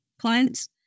clients